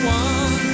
one